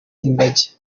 ingagi